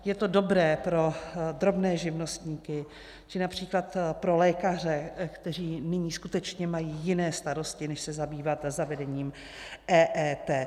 Je to dobré pro drobné živnostníky či například pro lékaře, kteří nyní skutečně mají jiné starosti než se zabývat zavedením EET.